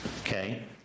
Okay